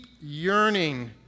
yearning